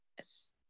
Yes